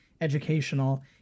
educational